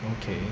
okay